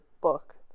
book